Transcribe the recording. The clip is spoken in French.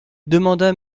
demanda